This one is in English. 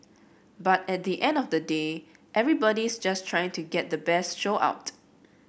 but at the end of the day everybody's just trying to get the best show out